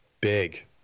big